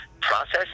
process